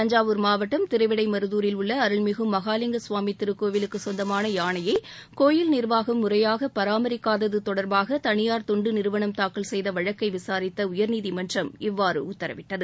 தஞ்சாவூர் மாவட்டம் திருவிடைமருதூரில் உள்ள அருள்மிகு மகாலிங்க ஸ்வாமி திருக்கோயிலுக்கு சொந்தமான யானையை கோயில் நிர்வாகம் முறையாக பராமரிக்காதது தொடர்பாக தனியார் தொண்டு நிறுவனம் தாக்கல் செய்த வழக்கை விசாரித்த உயர்நீதிமன்றம் இவ்வாறு உத்தரவிட்டது